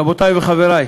רבותי וחברי,